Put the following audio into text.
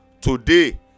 Today